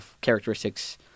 characteristics